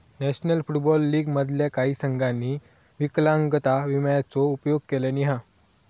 national football league मधल्या काही संघांनी विकलांगता विम्याचो उपयोग केल्यानी हा